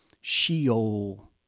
Sheol